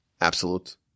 absolute